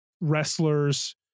Wrestlers